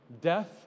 Death